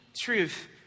truth